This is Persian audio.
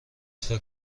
فکر